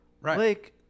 Right